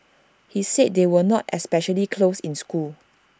he said they were not especially close in school